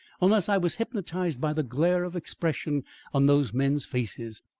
unless i was hypnotised by the glare of expression on those men's faces.